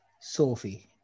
Sophie